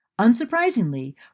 Unsurprisingly